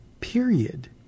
period